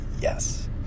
yes